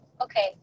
Okay